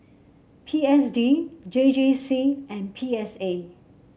P S D J J C and P S A